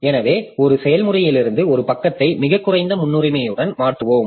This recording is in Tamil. எனவே ஒரு செயல்முறையிலிருந்து ஒரு பக்கத்தை மிகக் குறைந்த முன்னுரிமையுடன் மாற்றுவோம்